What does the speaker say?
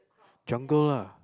jungle lah